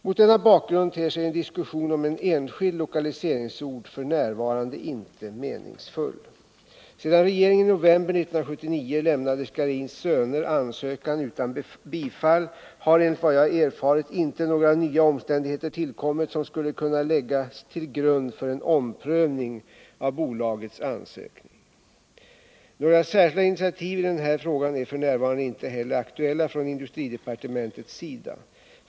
Mot denna bakgrund ter sig en diskussion om en enskild lokaliseringsort f.n. inte meningsfull. Sedan regeringen i november 1979 lämnade Scharins Söners ansökan utan bifall har, enligt vad jag erfarit, inte några nya omständigheter tillkommit som skulle kunna läggas till grund för en omprövning av bolagets ansökning. Några särskilda initiativ i den här frågan är f. n. inte heller aktuella från industridepartementets sida.